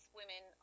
women